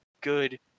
good